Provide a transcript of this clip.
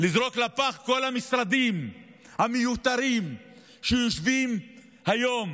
לזרוק לפח את כל המשרדים המיותרים שיושבים בהם היום